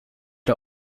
der